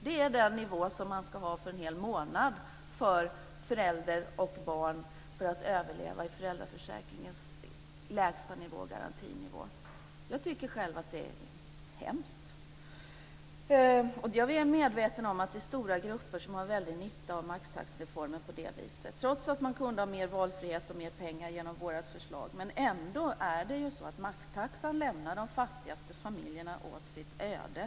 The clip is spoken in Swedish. Det är den nivå som man ska ha för en hel månad för föräldrar och barn för att överleva i föräldraförsäkringens lägsta nivå, garantinivå. Jag tycker själv att det är hemskt. Jag är väl medveten om att det är stora grupper som har en väldig nytta av maxtaxereformen på det viset - trots att man kunde få mer valfrihet och mer pengar genom vårt förslag. Men maxtaxan lämnar ändå de fattigaste familjerna åt sitt öde.